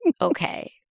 Okay